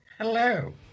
hello